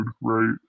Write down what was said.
right